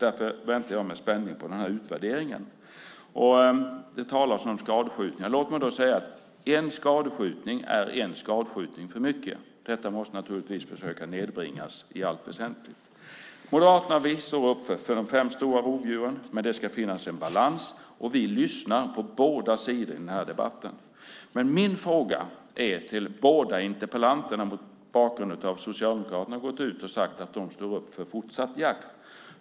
Jag väntar med spänning på utvärderingen. Det talas om skadskjutningar. Låt mig säga att en skadskjutning är en skadskjutning för mycket. Det måste man naturligtvis försöka nedbringa. Vi i Moderaterna står upp för de fem stora rovdjuren, men det ska finnas en balans. Vi lyssnar på båda sidor i den här debatten. Jag har en fråga till båda interpellanterna mot bakgrund av att Socialdemokraterna har gått ut och sagt att de står upp för fortsatt jakt.